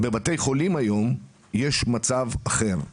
בבתי חולים יש מצב אחר,